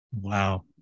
wow